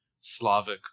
Slavic